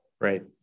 right